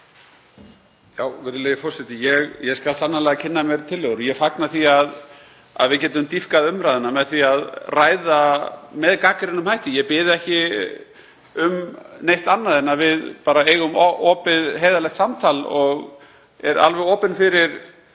Virðulegi forseti. Ég skal sannarlega kynna mér tillöguna og ég fagna því að við getum dýpkað umræðuna með því að ræða þetta með gagnrýnum hætti, ég bið ekki um neitt annað en að við eigum opið, heiðarlegt samtal og er alveg opinn fyrir